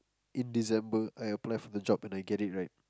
in December I apply for the job and I get it right